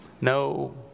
No